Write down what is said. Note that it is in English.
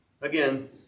Again